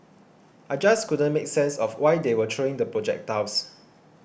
I just couldn't make sense of why they were throwing the projectiles